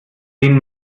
zehn